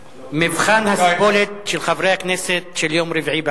מבחן הסיבולת של חברי הכנסת של יום רביעי בערב.